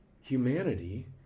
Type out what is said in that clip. humanity